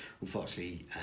unfortunately